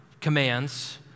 commands